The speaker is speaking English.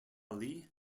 lee